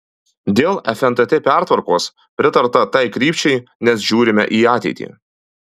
dėl fntt pertvarkos pritarta tai krypčiai nes žiūrime į ateitį